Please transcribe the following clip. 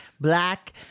black